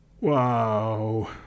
wow